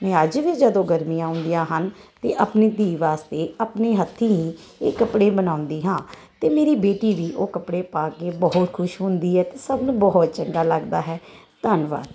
ਮੈਂ ਅੱਜ ਵੀ ਜਦੋਂ ਗਰਮੀਆਂ ਆਉਂਦੀਆਂ ਹਨ ਤੇ ਆਪਣੀ ਧੀ ਵਾਸਤੇ ਆਪਣੇ ਹੱਥੀ ਹੀ ਇਹ ਕੱਪੜੇ ਬਣਾਉਂਦੀ ਹਾਂ ਤੇ ਮੇਰੀ ਬੇਟੀ ਵੀ ਉਹ ਕੱਪੜੇ ਪਾ ਕੇ ਬਹੁਤ ਖੁਸ਼ ਹੁੰਦੀ ਹੈ ਤੇ ਸਭ ਨੂੰ ਬਹੁਤ ਚੰਗਾ ਲੱਗਦਾ ਹੈ ਧੰਨਵਾਦ